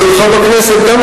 חבר הכנסת גפני,